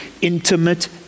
intimate